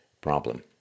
problem